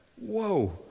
Whoa